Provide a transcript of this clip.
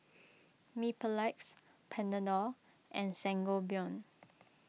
Mepilex Panadol and Sangobion